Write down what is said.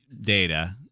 data